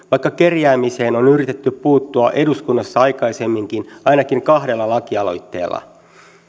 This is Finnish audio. vaikka kerjäämiseen on yritetty puuttua eduskunnassa aikaisemminkin ainakin kahdella lakialoitteella